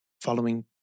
following